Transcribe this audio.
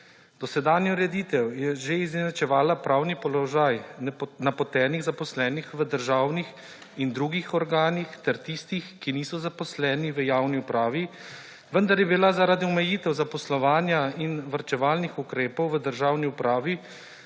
Dosedanja ureditev je že izenačevala pravni položaj napotenih, zaposlenih v državnih in drugih organih, ter tistih, ki niso zaposleni v javni upravi, vendar je bila zaradi omejitev zaposlovanja in varčevalnih ukrepov v državni upravi